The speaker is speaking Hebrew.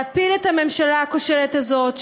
להפיל את הממשלה הכושלת הזאת,